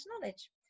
knowledge